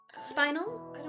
Spinal